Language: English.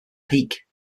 peak